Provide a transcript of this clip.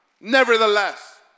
nevertheless